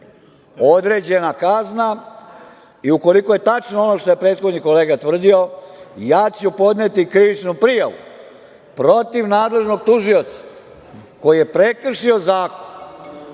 određena kazna. Ukoliko je tačno ono što je prethodni kolega tvrdio, ja ću podneti krivičnu prijavu protiv nadležnog tužioca koji je prekršio zakon,